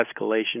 escalation